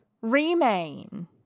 Remain